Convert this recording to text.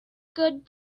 good